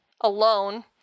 alone